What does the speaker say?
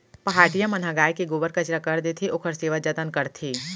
पहाटिया मन ह गाय के गोबर कचरा कर देथे, ओखर सेवा जतन करथे